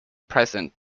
present